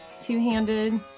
two-handed